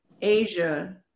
Asia